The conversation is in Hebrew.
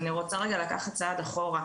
אני רוצה לקחת צעד אחורה,